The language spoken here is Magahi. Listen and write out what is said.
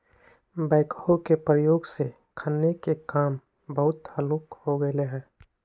बैकहो के प्रयोग से खन्ने के काम बहुते हल्लुक हो गेलइ ह